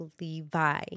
Levi